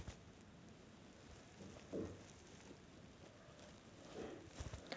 तुम्ही गैर लाभार्थ्यांना रिअल टाइम ट्रान्सफर साठी आई.एम.पी.एस द्वारे पैसे पाठवू शकता